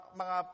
mga